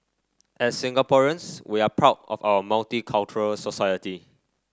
as Singaporeans we're proud of our multicultural society